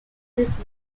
these